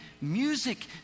music